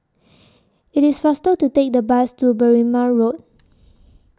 IT IS faster to Take The Bus to Berrima Road